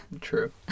True